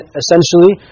essentially